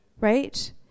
right